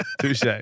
Touche